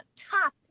top